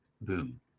Boom